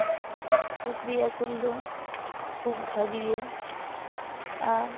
ᱥᱩᱠᱨᱤ ᱟᱹᱥᱩᱞ ᱫᱚ ᱠᱷᱩᱵᱽ ᱵᱷᱟᱹᱜᱤᱭᱟ ᱟᱨ